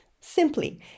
Simply